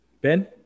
Ben